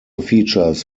features